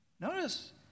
Notice